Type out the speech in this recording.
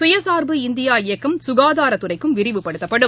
சுயசாா்பு இந்தியா இயக்கம் சுகாதாரத்துறைக்கும் விரிவுபடுத்தப்படும்